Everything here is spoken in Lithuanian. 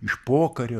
iš pokario